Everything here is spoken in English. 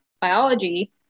biology